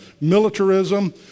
militarism